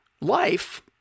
Life